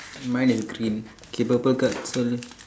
mine is green okay purple card this one